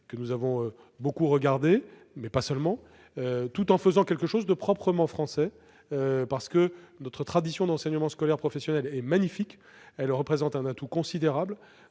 que nous avons beaucoup étudiés, mais il y en a eu aussi d'autres, tout en faisant quelque chose de proprement français, parce que notre tradition d'enseignement scolaire professionnel est magnifique. Elle constitue un atout considérable.